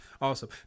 awesome